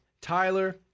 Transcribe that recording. Tyler